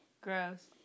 Gross